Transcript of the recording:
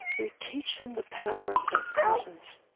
we teach them the power of their presence,